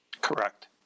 Correct